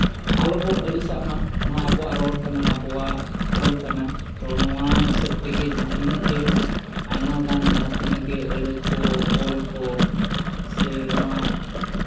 ᱟᱞᱚ ᱵᱚ ᱟᱹᱲᱤᱥᱟᱜ ᱢᱟ ᱱᱚᱣᱟ ᱟᱵᱚᱣᱟᱜ ᱨᱚᱲ ᱠᱟᱱᱟ ᱟᱵᱚᱣᱟᱜ ᱚᱞ ᱠᱟᱱᱟ ᱛᱚ ᱱᱚᱣᱟ ᱦᱤᱥᱟᱹᱵᱽ ᱛᱮᱜᱮ ᱡᱟᱦᱟᱸᱛᱤᱱᱟᱹᱜ ᱜᱮ ᱟᱭᱢᱟᱜᱟᱱ ᱡᱟᱦᱟᱸ ᱛᱤᱱᱟᱹᱜ ᱜᱮ ᱟᱹᱲᱟᱹ ᱠᱚ ᱚᱞ ᱠᱚ ᱥᱮ ᱱᱚᱣᱟ